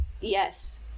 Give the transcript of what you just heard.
Yes